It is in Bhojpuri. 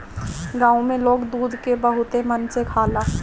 गाँव में लोग दूध के बहुते मन से खाला